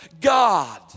God